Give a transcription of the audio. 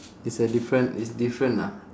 it's a different it's different ah